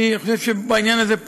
אני חושב שבעניין הזה,